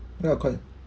ya can